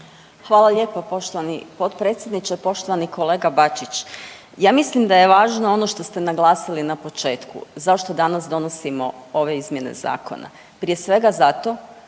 Hvala lijepo poštovani potpredsjedniče, poštovani kolega Bačić. Ja mislim da je važno ono što ste naglasili na početku. Zašto danas donosimo ove izmjene Zakona? Prije svega zato